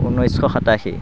ঊনৈছশ সাতাশী